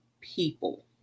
people